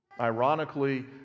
Ironically